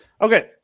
Okay